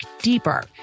deeper